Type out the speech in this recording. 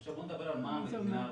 עכשיו בואו נדבר על מה המדינה רוצה,